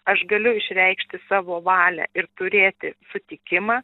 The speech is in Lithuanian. aš galiu išreikšti savo valią ir turėti sutikimą